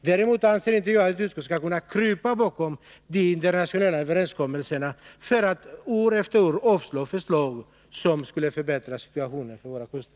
Däremot anser jag att utskottet inte skall kunna krypa bakom de internationella överenskommelserna för att år efter år avstyrka förslag som skulle förbättra situationen vid våra kuster.